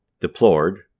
deplored